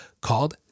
called